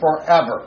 forever